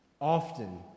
often